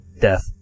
Death